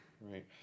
right